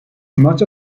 much